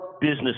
business